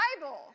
Bible